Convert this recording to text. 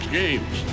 games